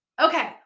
Okay